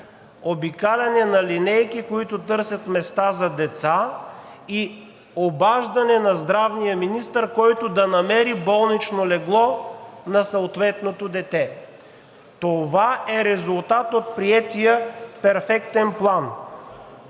обикаляне на линейки, които търсят места за деца, и обаждане на здравния министър, който да намери болнично легло на съответното дете. Това е резултат от приетия перфектен план.